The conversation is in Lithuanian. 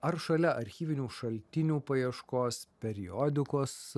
ar šalia archyvinių šaltinių paieškos periodikos